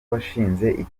washinze